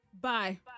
Bye